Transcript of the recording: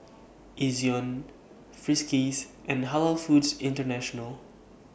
Ezion Friskies and Halal Foods International